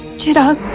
cheater.